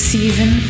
Season